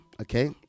okay